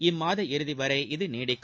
இம்மாத இறதிவரை இது நீடிக்கும்